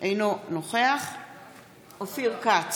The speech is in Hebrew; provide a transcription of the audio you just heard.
אינו נוכח אופיר כץ,